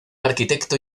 arquitecto